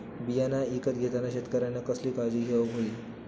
बियाणा ईकत घेताना शेतकऱ्यानं कसली काळजी घेऊक होई?